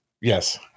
Yes